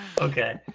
Okay